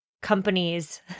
companies